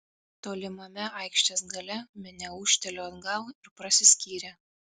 tolimame aikštės gale minia ūžtelėjo atgal ir prasiskyrė